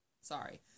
Sorry